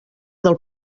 del